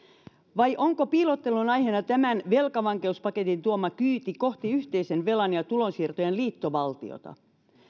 vai onko piilottelun aiheena tämän velkavankeuspaketin tuoma kyyti kohti yhteisen velan ja tulonsiirtojen liittovaltiota